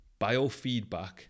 Biofeedback